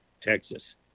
texas